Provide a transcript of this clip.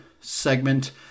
segment